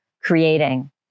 creating